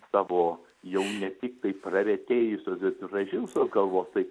savo jau ne tiktai praretėjusios ir pražilusios galvos tai